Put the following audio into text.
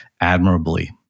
admirably